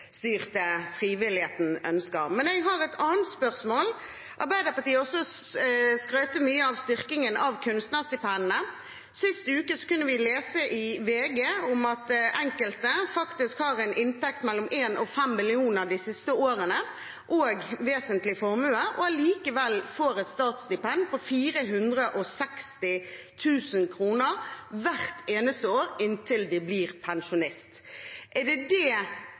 frivilligheten ønsker. Jeg har et annet spørsmål. Arbeiderpartiet har skrytt mye av styrkingen av kunstnerstipendene. Sist uke kunne vi lese i VG at enkelte faktisk har hatt en inntekt på mellom 1 mill. kr og 5 mill. kr de siste årene, har vesentlig formue og får likevel et statsstipend på 460 000 kr hvert eneste år til de blir pensjonist. Er det det